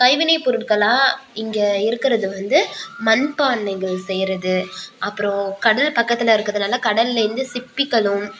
கைவினைப் பொருட்களாக இங்கே இருக்கிறது வந்து மண் பானைகள் செய்யறது அப்புறோம் கடல் பக்கத்தில் இருக்கிறதுனால கடலேருந்து சிப்பிகளும்